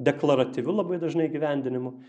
deklaratyviu labai dažnai įgyvendinimu